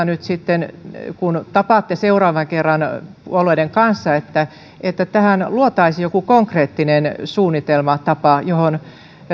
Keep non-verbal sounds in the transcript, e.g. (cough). (unintelligible) nyt sitten kun tapaatte seuraavan kerran puolueiden kanssa olisiko mahdollista että tähän luotaisiin joku konkreettinen suunnitelmatapa ruotsissa tehdyn mallin mukaisesti johon